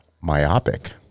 myopic